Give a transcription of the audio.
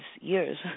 years